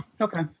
Okay